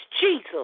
Jesus